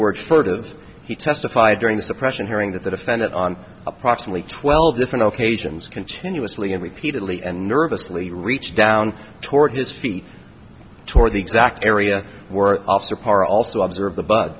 word furtive he testified during the suppression hearing that the defendant on approximately twelve different occasions continuously and repeatedly and nervously reach down toward his feet toward the exact area we're after par also observe the bug